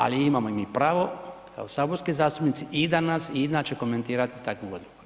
Ali imamo mi pravo kao saborski zastupnici i danas i inače komentirati takvu odluku.